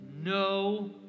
no